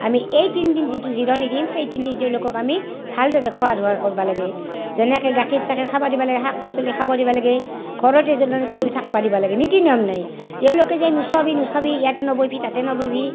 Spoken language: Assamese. আমি এই তিনিদিন যিটো জিৰণি দিম সেই তিনিদিন তেওঁলোকক আমি ভালদৰে খোৱা ধোৱাৰ কৰবা লাগে যেনেকে গাখীৰ চাখীৰ খাবা দিব লাগে শাক পাচলি খাব দিব লাগে ঘৰতে যেনেকে থাকবা দিব লাগে নীতি নিয়ম নাই তেওঁলোকে যেন নুচবি নুচবি ইয়াতে নবহিবি তাতে নবহিবি